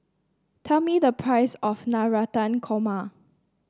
tell me the price of Navratan Korma